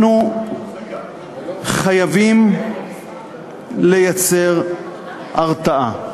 אנחנו חייבים לייצר הרתעה.